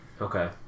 Okay